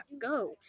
go